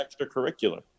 extracurricular